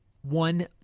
one